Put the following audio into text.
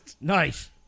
Nice